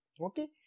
Okay